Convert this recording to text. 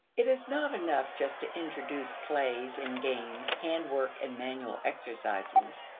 it is not enough just to introduce plays and games, hand work and manual exercises.